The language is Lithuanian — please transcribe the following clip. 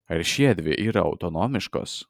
ar šiedvi yra autonomiškos